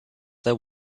there